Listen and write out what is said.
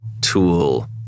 tool